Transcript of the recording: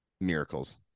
Miracles